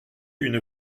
une